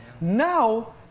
Now